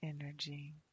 energy